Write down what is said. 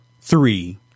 three